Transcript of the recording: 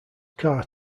car